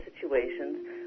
situations